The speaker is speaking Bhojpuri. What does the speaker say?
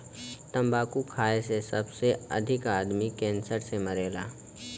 तम्बाकू खाए से सबसे अधिक आदमी कैंसर से मरला